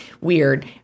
weird